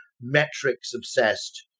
metrics-obsessed